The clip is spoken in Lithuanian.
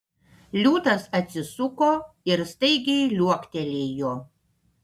liūtas atsisuko ir staigiai liuoktelėjo